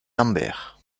lambert